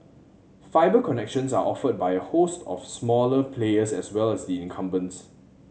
fibre connections are offered by a host of smaller players as well as the incumbents